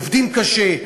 עובדים קשה,